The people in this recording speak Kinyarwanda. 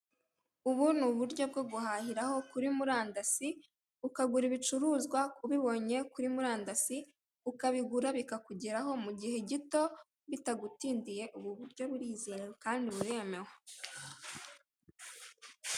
Ubu ni uburyo bwo guhahiraho kuri murandasi ukagura ibicuruzwa ubibonye kuri murandasi ukabigura bikakugeraho mu gihe gito bitagutindiye, ubu buryo burizewe kandi buremewe.